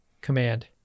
command